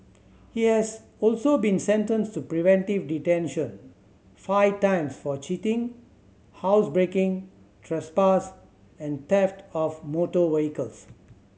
he has also been sentenced to preventive detention five times for cheating housebreaking trespass and theft of motor vehicles